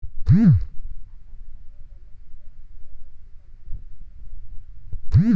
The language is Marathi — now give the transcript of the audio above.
ऑनलाईन खाते उघडल्यानंतर के.वाय.सी करणे गरजेचे आहे का?